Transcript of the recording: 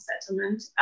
settlement